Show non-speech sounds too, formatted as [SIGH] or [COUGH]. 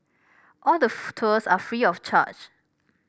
all the [UNINTELLIGIBLE] tours are free of charge